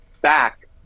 back